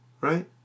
right